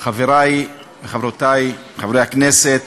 חברי וחברותי חברי הכנסת,